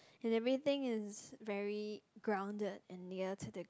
and everything is very grounded and near to the ground